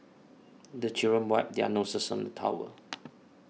the children wipe their noses on the towel